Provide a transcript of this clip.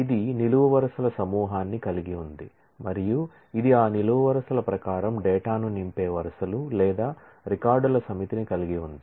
ఇది నిలువు వరుసల సమూహాన్ని కలిగి ఉంది మరియు ఇది ఆ నిలువు వరుసల ప్రకారం డేటాను నింపే వరుసలు లేదా రికార్డుల సమితిని కలిగి ఉంది